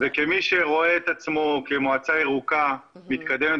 וכמי שרואה את עצמו מועצה ירוקה מתקדמת